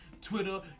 Twitter